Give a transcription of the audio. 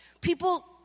People